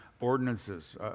ordinances